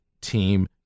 team